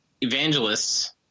evangelists